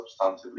substantively